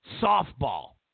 softball